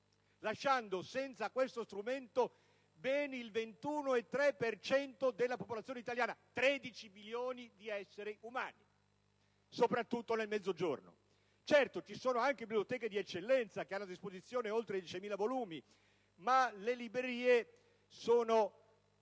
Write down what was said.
lasciando senza questo strumento il 21,3 per cento della popolazione italiana, dunque quasi 13 milioni di esseri umani, soprattutto nel Mezzogiorno. Certo, ci sono poi anche biblioteche di eccellenza che hanno a disposizione oltre 10.000 volumi, ma le librerie sono